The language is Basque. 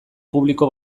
publiko